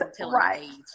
right